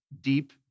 deep